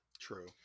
True